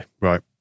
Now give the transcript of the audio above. right